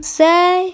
say